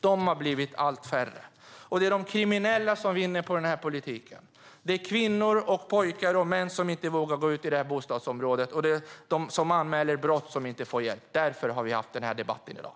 De har blivit allt färre. Det är de kriminella som vinner på denna politik. Det är kvinnor och män, flickor och pojkar som inte vågar gå ut i dessa bostadsområden, och det är de som anmäler brott som inte får hjälp. Därför har vi haft denna debatt i dag.